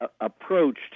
approached